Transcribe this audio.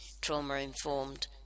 trauma-informed